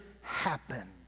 happen